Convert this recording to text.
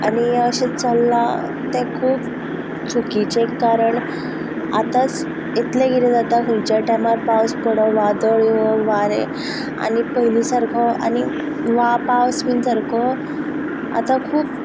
आनी हें अशें चल्लां तें खूब चुकीचें कारण आतांच इतलें कितें जाता खंयचाय टायमार पावस पडोन वादळ येवं वारें आनी पयलीं सारको आनी वा पावस बीन सारको आतां खूब